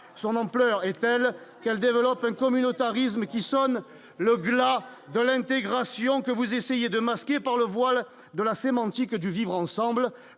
son ampleur est telle qu'elle développe un communautarisme qui sonne le glas de l'intégration que vous essayez de masqués par le voile de la sémantique du vivre-ensemble